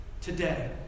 today